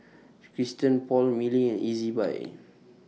Christian Paul Mili and Ezbuy